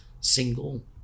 single